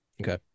Okay